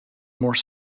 more